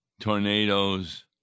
tornadoes